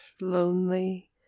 lonely